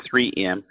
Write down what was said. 3M